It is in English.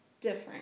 different